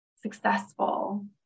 successful